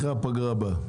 אחרי הפגרה הבאה.